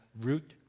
root